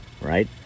right